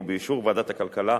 ובאישור ועדת הכלכלה,